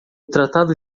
tratado